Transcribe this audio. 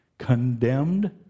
condemned